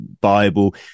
Bible